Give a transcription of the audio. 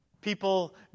People